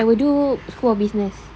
I will do school of business